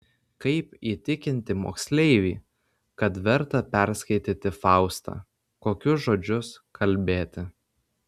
kaip įtikinti moksleivį kad verta perskaityti faustą kokius žodžius kalbėti